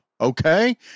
Okay